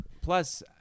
plus